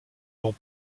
vont